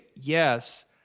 yes